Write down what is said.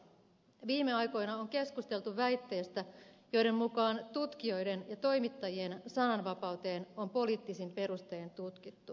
viime aikoina on keskusteltu väitteistä joiden mukaan tutkijoiden ja toimittajien sananvapauteen on poliittisin perustein puututtu